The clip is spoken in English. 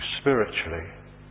spiritually